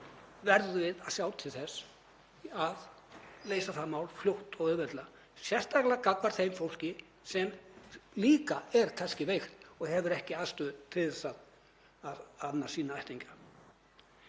verðum að sjá til þess að leysa það mál fljótt og auðveldlega, sérstaklega gagnvart því fólki sem er kannski líka veikt og hefur ekki aðstöðu til að annast sína ættingja.